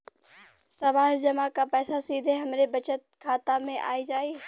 सावधि जमा क पैसा सीधे हमरे बचत खाता मे आ जाई?